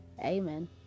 Amen